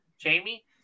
jamie